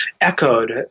echoed